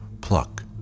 pluck